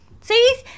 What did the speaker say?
See